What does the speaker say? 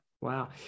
Wow